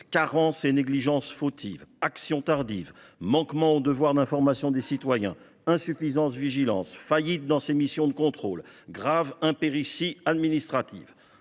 carences et négligences fautives, action tardive, manquement au devoir d’information des citoyens, insuffisante vigilance, faillite dans ses missions de contrôle, grave impéritie administrative